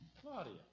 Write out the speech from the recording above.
Claudia